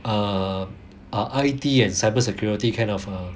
err I_T and cybersecurity kind of uh